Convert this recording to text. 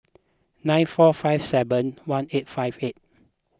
nine four five seven one eight five eight